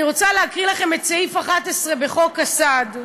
אני רוצה להקריא לכם את סעיף 11 בחוק הסעד.